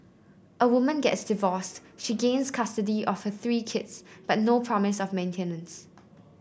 a woman gets divorced she gains custody of her three kids but no promise of maintenance